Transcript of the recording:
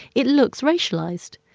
it looks racialized.